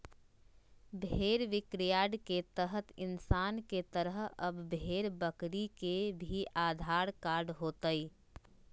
भेड़ बिक्रीयार्ड के तहत इंसान के तरह अब भेड़ बकरी के भी आधार कार्ड होतय